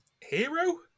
hero